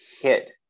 hit